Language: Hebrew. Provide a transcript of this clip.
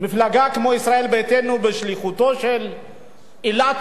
מפלגה כמו ישראל ביתנו, שליחותו של אילטוב,